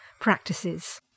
practices